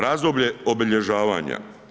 Razdoblje obilježavanja.